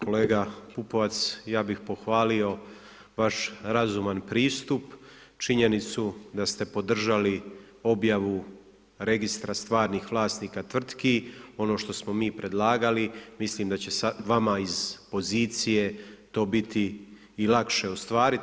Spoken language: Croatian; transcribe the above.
Kolega Pupovac, ja bih pohvalio vaš razuman pristup, činjenicu da ste podržali objavi registra stvarnih vlasnika tvrtki, ono što smo mi predlagali mislim da će vama iz pozicije to biti i lakše ostvariti.